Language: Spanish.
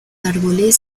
árboles